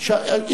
ביום